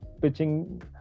pitching